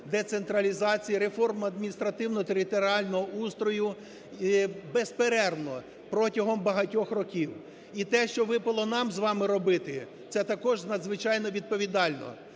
децентралізації, реформу адміністративно-територіального устрою безперервно протягом багатьох років. І те, що випало нам з вами робити, це також надзвичайно відповідально.